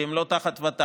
כי הם לא תחת ות"ת,